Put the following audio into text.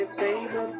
baby